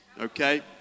okay